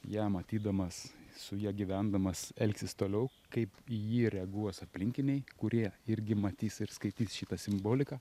ją matydamas su ja gyvendamas elgsis toliau kaip į jį reaguos aplinkiniai kurie irgi matys ir skaitys šitą simboliką